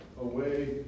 away